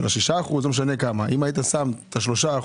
אם היית שם את ה-3%,